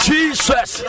Jesus